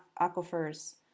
aquifers